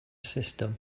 system